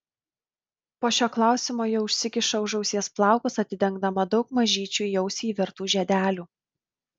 po šio klausimo ji užsikiša už ausies plaukus atidengdama daug mažyčių į ausį įvertų žiedelių